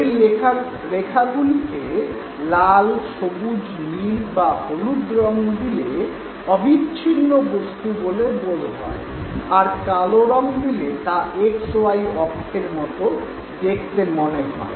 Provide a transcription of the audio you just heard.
এই রেখাগুলিকে লাল সবুজ নীল বা হলুদ রং দিলে অবিচ্ছিন্ন বস্তু বলে বোধ হয় আর কালো রং দিলে তা এক্স ওয়াই অক্ষের মতো দেখতে মনে হয়